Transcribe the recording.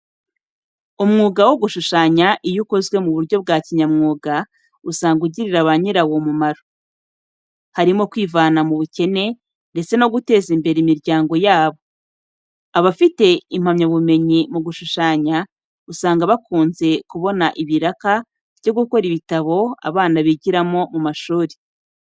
Umwuga wo gushushanya iyo ukozwe mu buryo bwa kinyamwuga usanga ugirira ba nyirawo umumaro, harimo kwivana mu bukene ndetse no guteza imbere imiryango yabo. Abafite impamyabumenyi mu gushushanya, usanga bakunze kubona ibiraka byo gukora ibitabo abana bigiramo ku mashuri.